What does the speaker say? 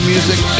Music